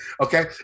Okay